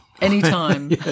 Anytime